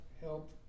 help